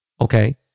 Okay